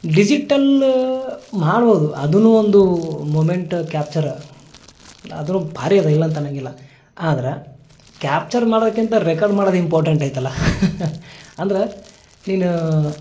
digital ಮಾಡ್ಬೋದು ಅದು ಒಂದು ಮೊಮೆಂಟ ಕ್ಯಾಪ್ಚರ ಅದೂ ಭಾರಿ ಇದೆ ಇಲ್ಲ ಅಂತ ಅನ್ನೋಂಗಿಲ್ಲ ಆದ್ರೆ ಕ್ಯಾಪ್ಚರ್ ಮಾಡೋದ್ಕಿಂತ ರೆಕಾರ್ಡ್ ಮಾಡೋದ್ ಇಂಪಾರ್ಟೆಂಟ್ ಐತಲ್ವ ಅಂದ್ರೆ ನೀನು